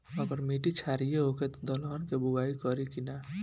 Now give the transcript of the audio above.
अगर मिट्टी क्षारीय होखे त दलहन के बुआई करी की न?